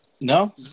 No